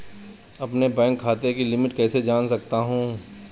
अपने बैंक खाते की लिमिट कैसे जान सकता हूं?